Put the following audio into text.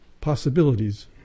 possibilities